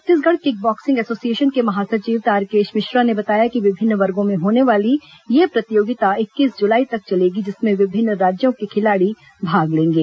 Chhattisgarh kick boxing association के महासचिव तारकेश मिश्रा ने बताया कि विभिन्न वर्गो में होने वाली यह प्रतियोगिता इक्कीस जुलाई तक चलेगी जिसमें विभिन्न राज्यों के खिलाड़ी भाग लेंगे